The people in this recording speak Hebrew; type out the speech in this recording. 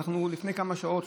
לפני כמה שעות,